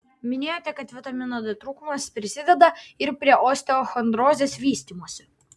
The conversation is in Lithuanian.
minėjote kad vitamino d trūkumas prisideda ir prie osteochondrozės vystymosi